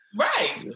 Right